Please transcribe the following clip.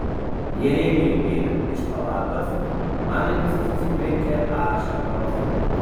jeremijui einant iš palatos man akyse susitvenkė ašaros